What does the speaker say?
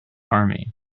army